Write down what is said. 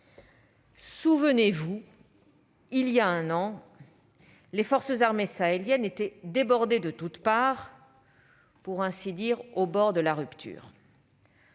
Souvenez-vous, il y a un an, les forces armées sahéliennes étaient débordées de toutes parts, pour ainsi dire au bord de la rupture.